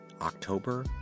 October